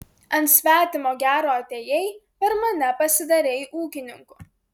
ant svetimo gero atėjai per mane pasidarei ūkininku